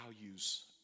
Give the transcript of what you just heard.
values